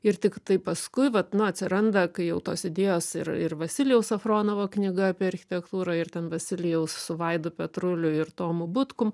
ir tiktai paskui vat na atsiranda kai jau tos idėjos ir ir vasilijaus safronovo knyga apie architektūrą ir ten vasilijaus su vaidu petruliu ir tomu butkum